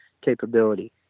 capability